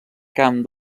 camp